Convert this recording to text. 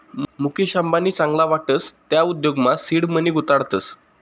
मुकेश अंबानी चांगला वाटस त्या उद्योगमा सीड मनी गुताडतस